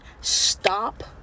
Stop